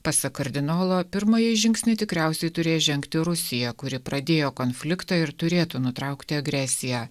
pasak kardinolo pirmąjį žingsnį tikriausiai turės žengti rusija kuri pradėjo konfliktą ir turėtų nutraukti agresiją